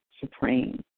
supreme